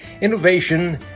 innovation